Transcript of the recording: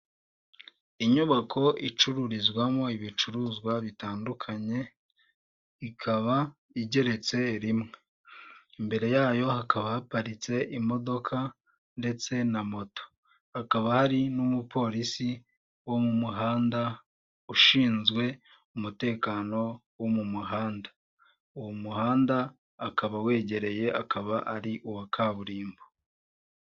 Inyubako icururizwamo ibicuruzwa bitandukanye, ikaba igeretse rimwe. Imbere yayo hakaba haparitse imodoka ndetse na moto. Hakaba hari n'umupolisi wo mu muhanda, ushinzwe umutekano wo mu muhanda. Uwo muhanda akaba awegereye, akaba ari uwa kaburimbo.